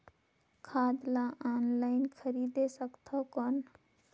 खाद ला ऑनलाइन खरीदे सकथव कौन?